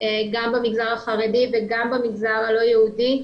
גם במגזר החרדי וגם במגזר הלא יהודי.